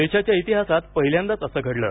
देशाच्या इतिहासात पहिल्यांदाच असं घडलं